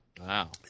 Wow